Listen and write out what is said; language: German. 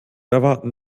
erwarten